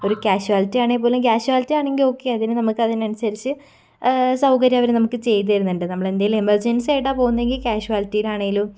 ഒരു ക്യാഷുവാലിറ്റി ആണേൽ പോലും ക്യാഷുവാലിറ്റി ആണെങ്കിൽ ഓക്കെ അതിന് നമുക്ക് അതിന് അതിനനുസരിച്ച് സൗകര്യം അവര് നമുക്ക് ചെയ്ത് തരുന്നുണ്ട് നമ്മള് എന്തേലും എമർജൻസി ആയിട്ടാണ് പോകുന്നേങ്കിൽ ക്യാഷുവാലിറ്റീലാണേലും